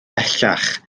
bellach